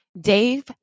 Dave